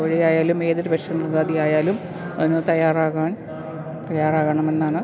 കോഴിയായാലും ഏതൊരു പക്ഷിമൃഗാതിയായാലും അതിന് തയ്യാറാകുവാൻ തയ്യാറാകണമെന്നാണ്